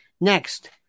Next